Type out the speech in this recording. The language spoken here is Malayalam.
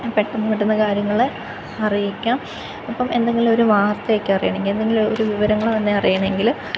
പെട്ടെന്ന് പെട്ടെന്ന് കാര്യങ്ങൾ അറിയിക്കാം ഇപ്പം എന്തെങ്കിലും ഒരു വാർത്തയൊക്കെ അറിയണമെങ്കിൽ എന്തെങ്കിലും ഒരു വിവരങ്ങൾ തന്നെ അറിയണമെങ്കിൽ